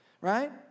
right